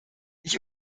ich